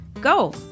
Go